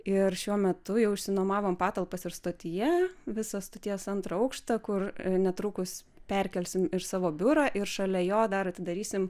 ir šiuo metu jau išsinuomavom patalpas ir stotyje visą stoties antrą aukštą kur netrukus perkelsim ir savo biurą ir šalia jo dar atidarysim